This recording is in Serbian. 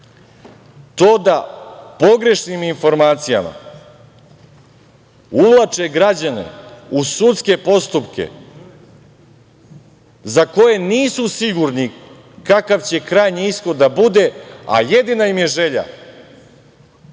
to da pogrešnim informacijama uvlače građane u sudske postupke za koje nisu sigurni kakav će krajnji ishod da bude, a jedina im je želja